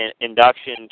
induction